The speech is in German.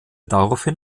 daraufhin